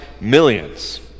millions